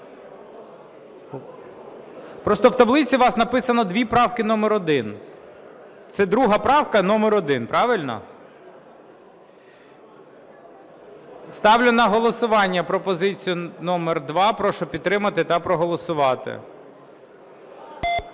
Просто в таблиці у вас написано дві правки номер 1. Це друга правка номер 1, правильно? Ставлю на голосування пропозицію номер 2. Прошу підтримати та проголосувати.